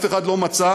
אף אחד לא מצא.